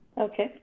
Okay